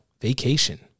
vacation